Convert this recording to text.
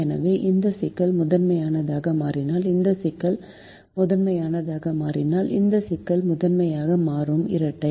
எனவே இந்த சிக்கல் முதன்மையானதாக மாறினால் இந்த சிக்கல் முதன்மையானதாக மாறினால் இந்த சிக்கல் முதன்மையாக மாறும் இரட்டை